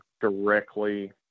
directly